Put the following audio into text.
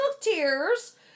tears